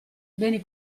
beni